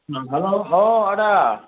हेल' औ आदा